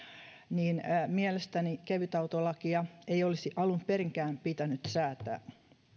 mielestäni kevytautolakia ei olisi alun perinkään pitänyt säätää